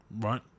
right